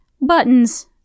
buttons